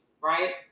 right